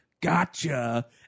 gotcha